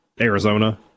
Arizona